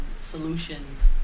solutions